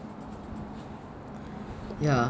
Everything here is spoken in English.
ya